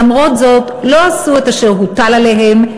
למרות זאת הם לא עשו את אשר הוטל עליהם,